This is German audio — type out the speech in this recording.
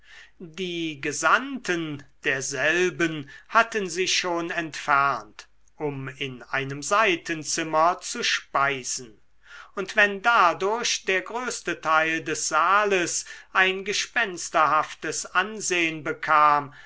die gesandten derselben hatten sich schon entfernt um in einem seitenzimmer zu speisen und wenn dadurch der größte teil des saales ein gespensterhaftes ansehn bekam